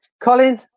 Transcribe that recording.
Colin